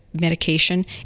medication